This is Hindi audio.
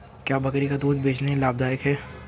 क्या बकरी का दूध बेचना लाभदायक है?